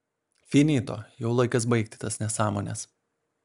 finito jau laikas baigti tas nesąmones